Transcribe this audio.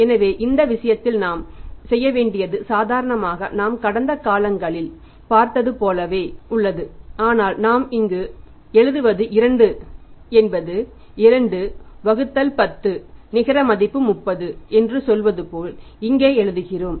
எனவே இந்த விஷயத்தில் நாம் செய்ய வேண்டியது சாதாரணமாக நாம் கடந்த காலங்களில் பார்த்தது போலவே உள்ளது ஆனால் நாம் இங்கு எழுதுவது 2 என்பது 2 வகுத்தல் 10 நிகர மதிப்பு 30 என்று சொல்வது போல் இங்கே எழுதுகிறோம்